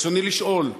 רצוני לשאול: